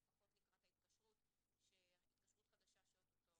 לפחות לקראת ההתקשרות החדשה שאוטוטו